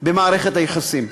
במערכת היחסים.